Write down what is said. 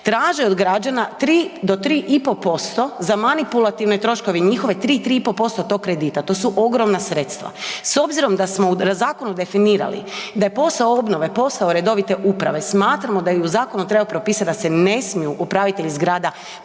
traže od građana 3 do 3,5% za manipulativne troškove njihove 3, 3,5% tog kredita, to su ogromna sredstva. S obzirom da smo u zakonu definirali da je posao obnove posao redovite uprave, smatramo da i u zakonu treba propisat da se ne smiju upravitelji zgrada